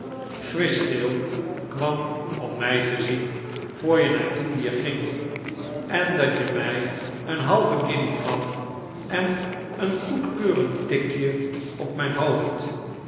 swishtail kwam om mij te zien voor je naar indie ging en dat je mij een halve guinje gaf en een goedkeurend tikje op mijn hoofd